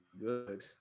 good